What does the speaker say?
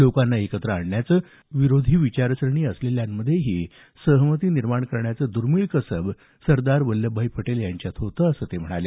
लोकांना एकत्र आणण्याचं आणि विरोधी विचारसरणी असलेल्यांमध्येही सहमती निर्माण करण्याचं दुर्मिळ कसब सरदार वल्लभभाई पटेल यांच्यात होतं असं ते म्हणाले